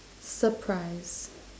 surprise